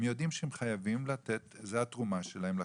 הם יודעים שהם חייבים שזאת התרומה שלהם לחברה.